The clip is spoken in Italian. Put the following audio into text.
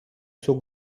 suo